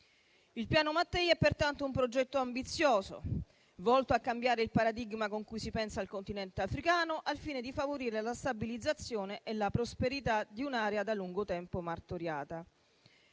Il Piano Mattei è pertanto un progetto ambizioso volto a cambiare il paradigma con cui si pensa al Continente africano, al fine di favorire la stabilizzazione e la prosperità di un'area da lungo tempo martoriata.